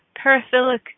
paraphilic